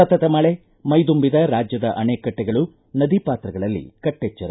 ಸತತ ಮಳೆ ಮೈದುಂಬಿದ ರಾಜ್ಯದ ಅಣೆಕಟ್ಟೆಗಳು ನದಿ ಪಾತ್ರಗಳಲ್ಲಿ ಕಟ್ಟೆಚ್ಚರ